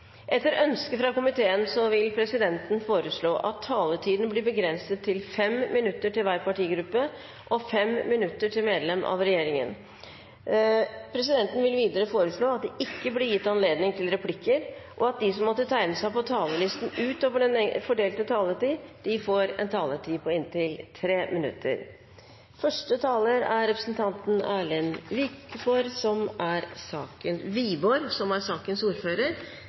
Etter ønske fra arbeids- og sosialkomiteen vil presidenten foreslå at taletiden blir begrenset til 5 minutter til hver partigruppe og 5 minutter til medlem av regjeringen. Presidenten vil videre foreslå at det blir gitt anledning til tre replikker med svar etter innlegg fra medlemmer av regjeringen innenfor den fordelte taletid, og at de som måtte tegne seg på talerlisten utover den fordelte taletid, får en taletid på inntil 3 minutter.